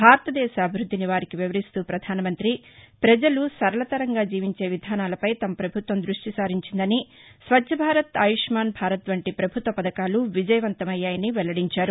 భారతదేశ అభివృద్ధిని వారికి వివరిస్తూ పధాన మంఁతి ప్రజలు సరళతరంగా జీవించే విధానాలపై తమ ప్రభుత్వం దృష్టి సారించిందని స్వచ్ఛ భారత్ ఆయుష్మాన్ భారత్ వంటి పభుత్వ పథకాలు విజయవంతమయ్యాయని వెల్లడించారు